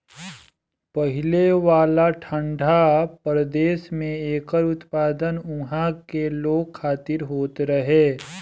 पहिले वाला ठंडा प्रदेश में एकर उत्पादन उहा के लोग खातिर होत रहे